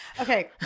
okay